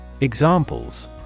Examples